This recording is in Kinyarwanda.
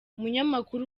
umunyamakuru